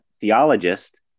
Theologist